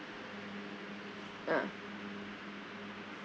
ah